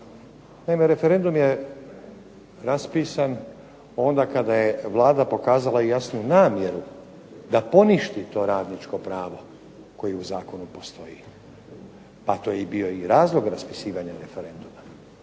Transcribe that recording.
Naime, referendum je raspisan onda kada je Vlada pokazala jasnu namjeru da poništi to radničko pravo koje u Zakonu postoji. A to je bio i razlog raspisivanja referendum.